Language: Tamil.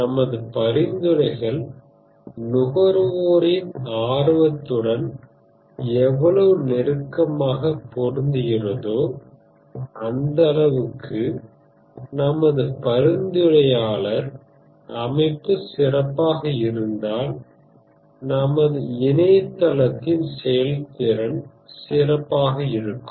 நமது பரிந்துரைகள் நுகர்வோரின் ஆர்வத்துடன் எவ்வளவு நெருக்கமாகப் பொருந்துகிறதோ அந்த அளவுக்கு நமது பரிந்துரையாளர் அமைப்பு சிறப்பாக இருந்தால் நமது இணையதளத்தின் செயல்திறன் சிறப்பாக இருக்கும்